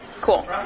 Cool